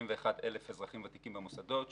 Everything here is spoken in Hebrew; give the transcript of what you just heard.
כ-71,000 אזרחים ותיקים במוסדות החוץ-ביתיים.